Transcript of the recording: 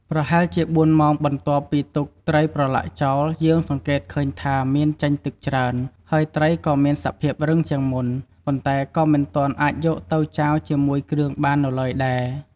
ប្រហែលជាបួនម៉ោងបន្ទាប់ពីទុកត្រីប្រឡាក់ចោល យើងសង្កេតឃើញថាមានចេញទឹកច្រើន ហើយត្រីក៏មានសភាពរឹងជាងមុន ប៉ុន្តែក៏មិនទាន់អាចយកទៅចាវជាមួយគ្រឿងបាននៅឡើយដែរ។